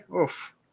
Oof